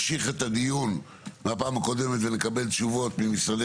הדיון מהפעם הקודמת ונקבל תשובות ממשרדי